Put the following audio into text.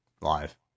live